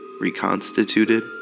reconstituted